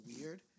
weird